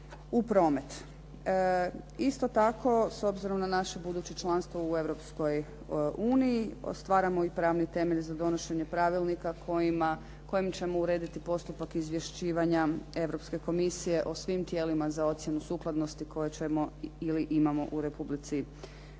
u promet. Isto tako s obzirom na naše buduće članstvo u Europskoj uniji stvaramo i pravni temelj za donošenje pravilnika kojim ćemo urediti postupak izvješćivanja Europske Komisije o svim tijelima za ocjenu sukladnosti koje ćemo, ili imamo u Republici